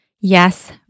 Yes